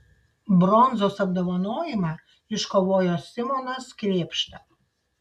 bronzos apdovanojimą iškovojo simonas krėpšta